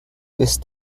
ist